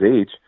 age